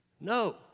No